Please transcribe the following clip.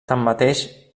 tanmateix